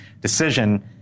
decision